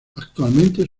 actualmente